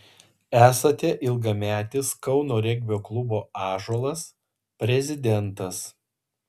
esate ilgametis kauno regbio klubo ąžuolas prezidentas